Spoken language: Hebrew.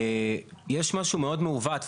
יש משהו מאוד מעוות,